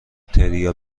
تریا